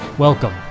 Welcome